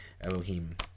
Elohim